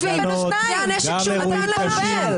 לגנות גם אירועים קשים.